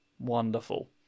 Wonderful